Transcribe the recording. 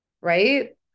right